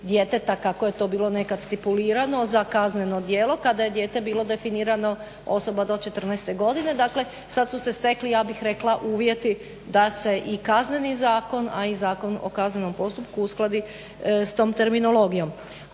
djeteta kako je to bilo nekad stipulirano za kazneno djelo, kada je dijete bilo definirano osoba do 14 godine. Dakle, sad su se stekli ja bih rekla uvjeti da se i Kazneni zakon, a i Zakon o kaznenom postupku uskladi s tom terminologijom.